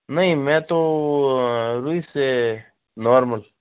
नहीं मैं तो रूई से नॉर्मल